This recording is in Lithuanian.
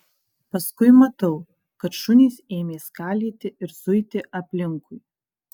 paskui matau kad šunys ėmė skalyti ir zuiti aplinkui